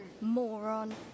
Moron